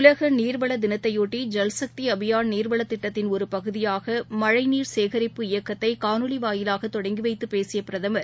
உலக நீர்வள தினத்தையொட்டி ஜல்சக்தி அபியான் நீர்வளத் திட்டத்தின் ஒரு பகுதியாக மழழநீர் சேகரிப்பு இயக்கத்தை காணொலி வாயிலாக தொடங்கி வைத்தப் பேசிய பிரதமர்